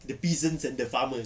the peasants and the farmers